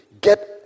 get